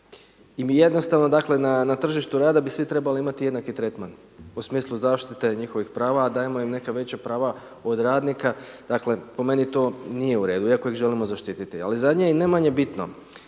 i mi jednostavno na tržištu rada bi svi trebali imati jednaki tretman u smislu zaštite i njihovih prava, a dajemo im neka veća prava od radnika, dakle po meni to nije u redu iako ih želimo zaštititi. Ali zadnje i ne manje bitno,